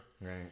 Right